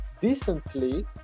decently